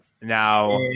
Now